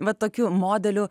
va tokiu modeliu